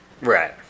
Right